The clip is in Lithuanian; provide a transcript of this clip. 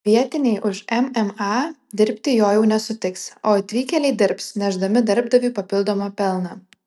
vietiniai už mma dirbti jo jau nesutiks o atvykėliai dirbs nešdami darbdaviui papildomą pelną